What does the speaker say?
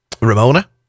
Ramona